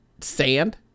sand